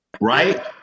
right